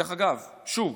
דרך אגב, שוב,